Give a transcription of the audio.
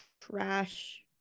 trash